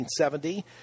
1970